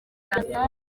kagame